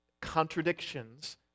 contradictions